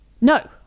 no